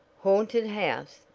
haunted house!